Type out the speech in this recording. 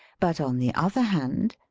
but, on the other hand,